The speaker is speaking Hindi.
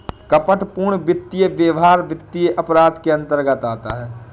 कपटपूर्ण वित्तीय व्यवहार वित्तीय अपराध के अंतर्गत आता है